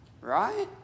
Right